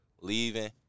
leaving